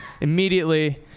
immediately